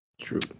True